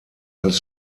als